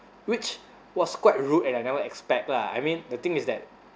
which was quite rude and I never expect lah I mean the thing is that